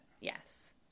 Yes